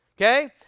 okay